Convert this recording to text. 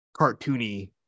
cartoony